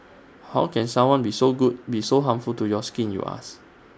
how can someone be so good be so harmful to your skin you ask